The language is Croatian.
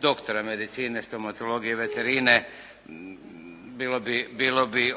doktora medicine, stomatologije, veterine. Bilo bi